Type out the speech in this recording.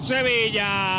Sevilla